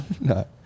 No